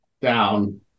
down